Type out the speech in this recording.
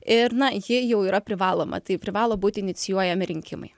ir na ji jau yra privaloma tai privalo būti inicijuojami rinkimai